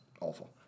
awful